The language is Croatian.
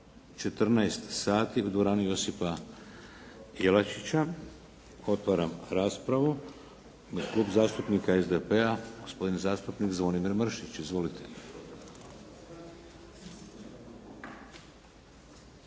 14 sati u dvorani Josipa Jelačića. Otvaram raspravu. Klub zastupnika SDP-a gospodin zastupnik Zvonimir Mršić. Izvolite.